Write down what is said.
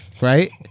right